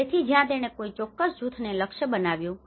તેથી ત્યાં તેણે કોઈ ચોક્કસ જૂથને લક્ષ્ય બનાવ્યું છે